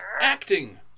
acting